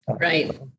Right